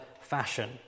fashion